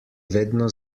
vedno